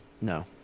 no